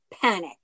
panic